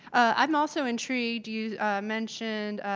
i'm also intrigued, you mentioned